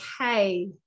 Okay